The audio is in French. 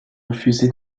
refusé